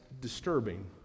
disturbing